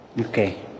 Okay